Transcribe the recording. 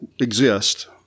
exist